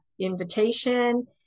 invitation